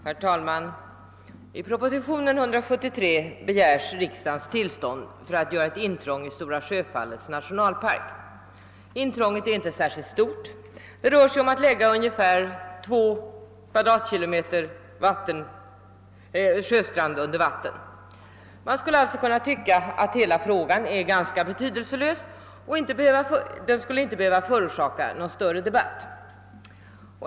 Herr talman! I proposition 173 begärs riksdagens tillstånd att göra intrång i Stora Sjöfallets nationalpark. Intrånget är inte särskilt stort, det rör sig om att lägga ungefär 2 km? sjöstrand under vatten. Man skulle alltså kunna tycka att hela frågan är ganska betydelselös och inte skulle behöva förorsaka någon större debatt.